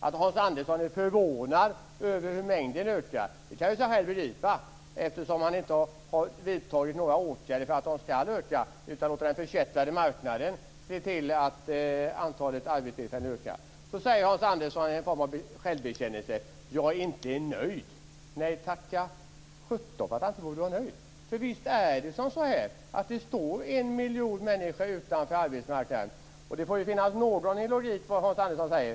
Att Hans Andersson är förvånad över hur mängden ökar kan jag i och för sig begripa eftersom han inte har vidtagit några åtgärder för att de ska öka utan låter den förkättrade marknaden se till att antalet arbetstillfällen ökar. Sedan säger Hans Andersson i en form av självbekännelse: Jag är inte nöjd. Nej, tacka sjutton för att han inte är nöjd, för visst är det så att det står en miljon människor utanför arbetsmarknaden. Det får ju finnas någon logik i vad Hans Andersson säger.